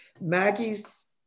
Maggie's